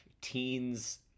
teens